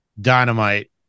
Dynamite